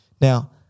Now